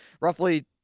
roughly